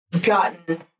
gotten